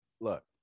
Look